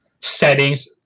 settings